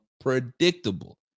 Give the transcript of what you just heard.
predictable